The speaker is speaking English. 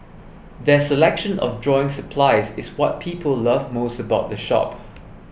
their selection of drawing supplies is what people love most about the shop